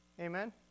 Amen